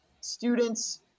students